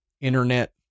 internet